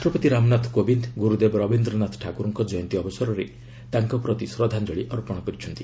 ରାଷ୍ଟ୍ରପତି ରାମନାଥ କୋବିନ୍ଦ୍ ଗୁରୁଦେବ ରବୀନ୍ଦ୍ରନାଥ ଠାକୁରଙ୍କ ଜୟନ୍ତୀ ଅବସରରେ ତାଙ୍କ ପ୍ରତି ଶ୍ରଦ୍ଧାଞ୍ଜଳି ଅର୍ପଣ କରିଛନ୍ତି